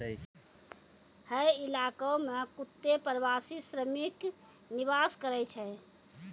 हय इलाको म कत्ते प्रवासी श्रमिक निवास करै छै